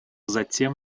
затем